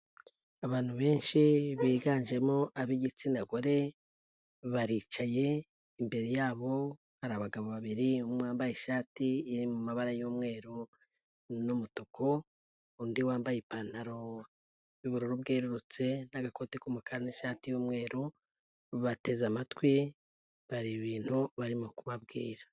Abantu benshi biganjemo ab'igitsina gore, baricaye, imbere yabo hari abagabo babiri, umwe wambaye ishati iri mu mabara y'umweru n'umutuku, undi wambaye ipantaro y'ubururu bwerurutse n'agakote k'umukara n'ishati y'umweru, bateze amatwi, hari ibintu barimo kubabwira.